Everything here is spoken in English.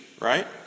Right